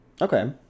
Okay